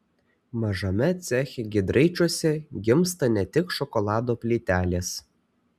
mažame ceche giedraičiuose gimsta ne tik šokolado plytelės